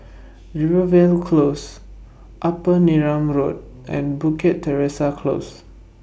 Rivervale Close Upper Neram Road and Bukit Teresa Close